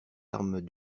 armes